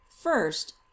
First